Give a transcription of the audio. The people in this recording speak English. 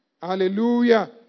Hallelujah